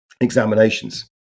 examinations